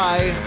Bye